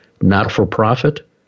not-for-profit